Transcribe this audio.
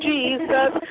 Jesus